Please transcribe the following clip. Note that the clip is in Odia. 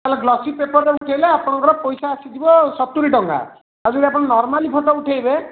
ଗ୍ଲସି ପେପର୍ରେ ଉଠେଇଲେ ଆପଣଙ୍କର ପଇସା ଆସିଯିବ ସତୁରୀ ଟଙ୍କା ଆଉ ଯଦି ଆପଣ ନର୍ମାଲ୍ ଫଟୋ ଉଠେଇବେ